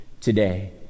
today